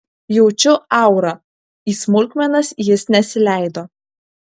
jaučiu aurą į smulkmenas jis nesileido